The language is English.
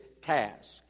task